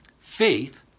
Faith